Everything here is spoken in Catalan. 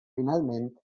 finalment